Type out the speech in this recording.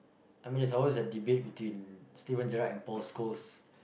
I mean it suppose a debate between Steven-gerrard and Post Coast